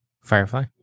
Firefly